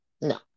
No